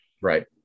Right